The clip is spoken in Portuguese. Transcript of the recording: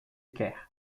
quer